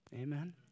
Amen